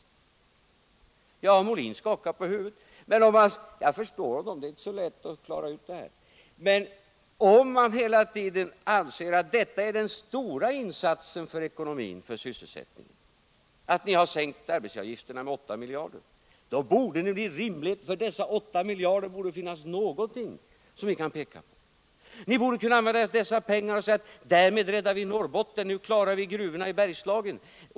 Björn Molin skakar på huvudet, och jag förstår honom. Det är inte så lätt att klara ut det här. Men om man hela tiden anser att sänkningen av arbetsgivaravgifterna med 8 miljarder är den stora insatsen för ekonomin och för sysselsättningen, borde det väl rimligen för dessa 8 miljoner finnas någonting ni kan peka på. Ni borde kunna använda dessa pengar och säga: Därmed räddar vi Norrbotten. Nu klarar vi gruvorna i Bergslagen.